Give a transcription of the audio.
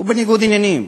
הוא בניגוד עניינים.